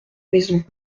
maison